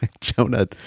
jonah